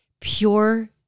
pure